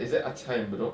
is there acai in bedok